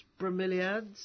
bromeliads